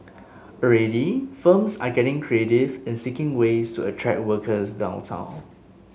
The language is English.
already firms are getting creative in seeking ways to attract workers downtown